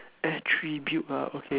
attribute ah okay